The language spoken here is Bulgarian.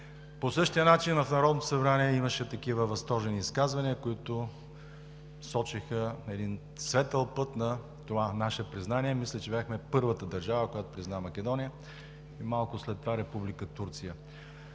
по същия начин в Народното събрание имаше такива възторжени изказвания, които сочеха един светъл път на това наше признание. Мисля, че бяхме първата държава, която призна Македония, и малко след това – Република Турция.